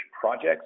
projects